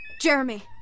Jeremy